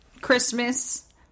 Christmas